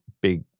big